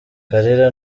kalira